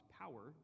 power